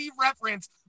reference